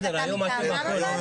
אתה מטעמם אבל?